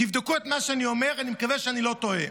תבדקו את מה שאני אומר, אני מקווה שאני לא טועה.